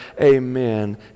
Amen